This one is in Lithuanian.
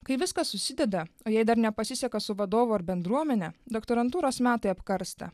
kai viskas susideda o jei dar nepasiseka su vadovu ar bendruomene doktorantūros metai apkarsta